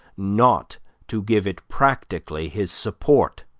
not to give it practically his support.